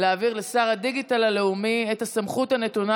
להעביר לשר הדיגיטל הלאומי את הסמכות הנתונה